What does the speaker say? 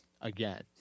again